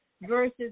versus